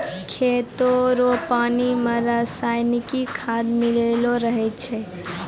खेतो रो पानी मे रसायनिकी खाद मिल्लो रहै छै